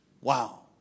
Wow